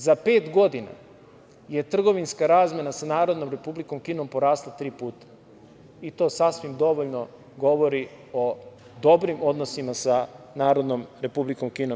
Za pet godina je trgovinska razmena sa Narodnom Republikom Kinom porasla tri puta, i to sasvim dovoljno govori o dobrim odnosima sa Narodnom Republikom Kinom.